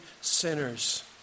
sinners